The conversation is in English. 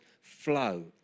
flow